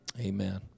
amen